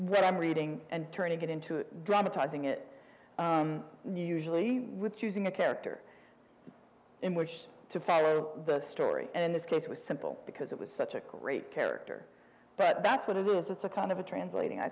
what i'm reading and turning it into dramatizing it usually with choosing a character in wish to follow the story and in this case it was simple because it was such a great character but that's what it is it's a kind of a translating i